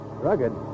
rugged